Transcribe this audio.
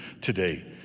today